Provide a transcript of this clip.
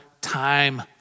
time